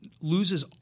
loses